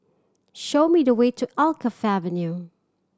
show me the way to Alkaff Avenue